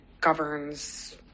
governs